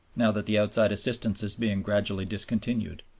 now that the outside assistance is being gradually discontinued.